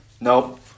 Nope